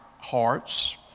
hearts